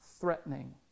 threatening